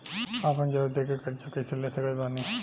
आपन जेवर दे के कर्जा कइसे ले सकत बानी?